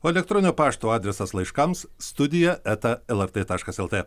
o elektroninio pašto adresas laiškams studija eta lrt taškas lt